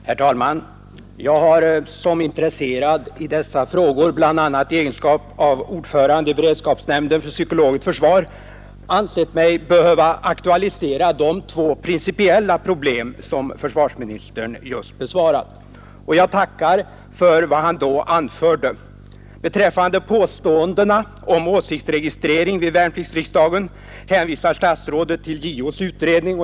Herr talman! Jag har som intresserad av de värnpliktigas förhållanden, bl.a. i egenskap av ordförande i beredskapsnämnden för psykologiskt försvar, ansett mig behöva aktualisera de två principiella spörsmål som försvarsministern just i sitt svar redogjort för. Jag tackar för vad han då anförde. Beträffande påståendena om åsiktsregistrering vid värnpliktsriksdagen hänvisar statsrådet till JO:s utredning.